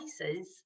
devices